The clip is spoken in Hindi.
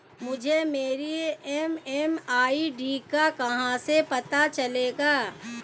मुझे मेरी एम.एम.आई.डी का कहाँ से पता चलेगा?